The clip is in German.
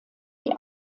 die